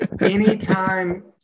Anytime